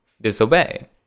disobey